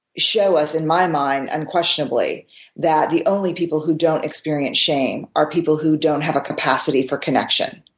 show us, in my mind, unquestionably that the only people who don't experience shame are people who don't have a capacity for connection,